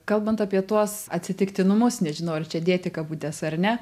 kalbant apie tuos atsitiktinumus nežinau ar čia dėti kabutes ar ne